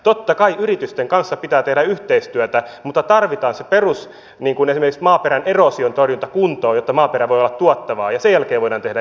totta kai yritysten kanssa pitää tehdä yhteistyötä mutta tarvitaan se perusta niin kuin esimerkiksi maaperän eroosion torjunta kuntoon jotta maaperä voi olla tuottavaa ja sen jälkeen voidaan tehdä yritysyhteistyötä